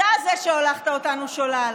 אתה זה שהולכת אותנו שולל.